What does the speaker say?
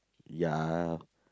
ya